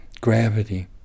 gravity